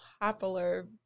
popular